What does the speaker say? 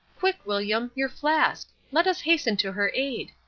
quick, william, your flask. let us hasten to her aid.